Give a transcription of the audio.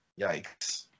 yikes